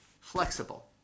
flexible